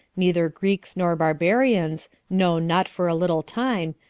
neither greeks nor barbarians, no, not for a little time,